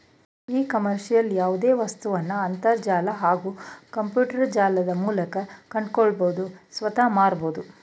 E ಕಾಮರ್ಸ್ಲಿ ಯಾವ್ದೆ ವಸ್ತುನ ಅಂತರ್ಜಾಲ ಹಾಗೂ ಕಂಪ್ಯೂಟರ್ಜಾಲದ ಮೂಲ್ಕ ಕೊಂಡ್ಕೊಳ್ಬೋದು ಅತ್ವ ಮಾರ್ಬೋದು